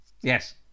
yes